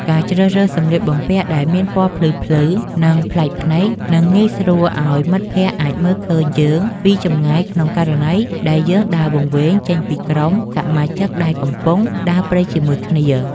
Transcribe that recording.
ការជ្រើសរើសសំលៀកបំពាក់ដែលមានពណ៌ភ្លឺៗ និង ប្លែកភ្នែកនឹងងាយស្រួលឱ្យមិត្តភក្តិអាចមើលឃើញយើងពីចម្ងាយក្នុងករណីដែលយើងដើរវង្វេងចេញពីក្រុមសមាជិកដែលកំពុងដើរព្រៃជាមួយគ្នា។